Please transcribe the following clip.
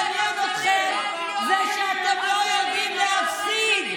" מה שמעניין אתכם שאתם לא יודעים להפסיד.